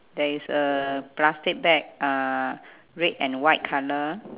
there is a plastic bag uh red and white colour